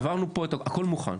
עברנו פה, הכול מוכן.